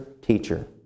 teacher